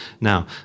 Now